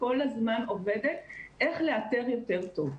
כל הזמן עובדת איך לאתר יותר טוב.